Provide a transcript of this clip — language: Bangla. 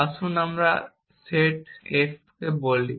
আসুন আমরা সেট f বলি